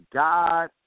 god